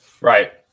right